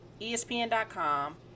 ESPN.com